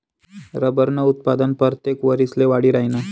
रबरनं उत्पादन परतेक वरिसले वाढी राहीनं